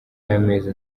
y’amezi